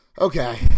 okay